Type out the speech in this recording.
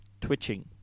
twitching